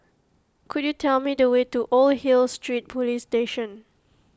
could you tell me the way to Old Hill Street Police Station